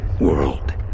world